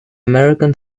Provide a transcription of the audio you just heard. american